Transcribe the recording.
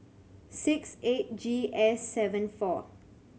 six eight G S seven four